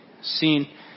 seen